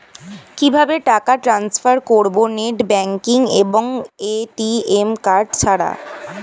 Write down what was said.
কিভাবে টাকা টান্সফার করব নেট ব্যাংকিং এবং এ.টি.এম কার্ড ছাড়া?